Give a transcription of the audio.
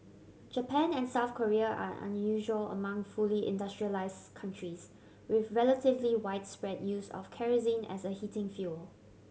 Japan and South Korea are unusual among fully industrialised countries with relatively widespread use of kerosene as a heating fuel